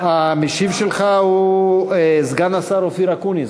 המשיב שלך הוא סגן השר אופיר אקוניס,